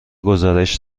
گزارش